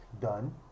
done